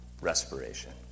respiration